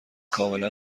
کاملا